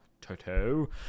toto